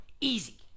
Easy